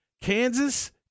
Kansas